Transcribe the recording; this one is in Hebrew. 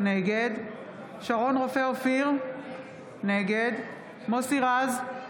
נגד שרון רופא אופיר, נגד מוסי רז, נגד אפרת